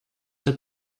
had